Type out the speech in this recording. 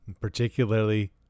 particularly